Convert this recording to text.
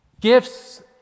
Gifts